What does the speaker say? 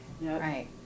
Right